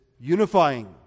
unifying